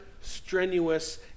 strenuous